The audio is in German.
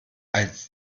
als